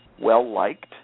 well-liked